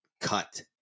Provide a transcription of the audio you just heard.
cut